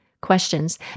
questions